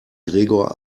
gregor